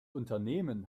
unternehmen